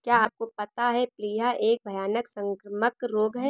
क्या आपको पता है प्लीहा एक भयानक संक्रामक रोग है?